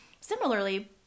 Similarly